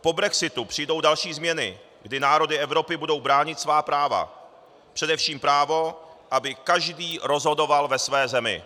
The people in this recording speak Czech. Po brexitu přijdou další změny, kdy národy Evropy budou bránit svá práva, především právo, aby každý rozhodoval ve své zemi.